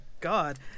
God